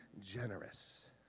generous